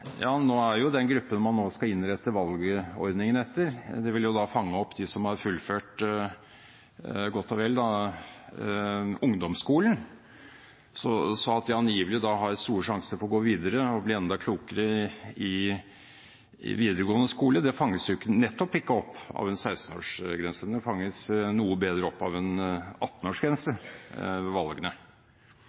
har fullført godt og vel ungdomsskolen, så de har da angivelig store sjanser til å gå videre og bli enda klokere i videregående skole. Den fanges nettopp ikke opp av en 16-års grense, den fanges noe bedre opp av en 18-årsgrense ved valgene.